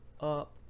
up